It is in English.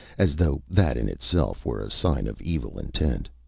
as though that in itself were a sign of evil intent.